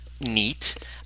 neat